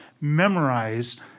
memorized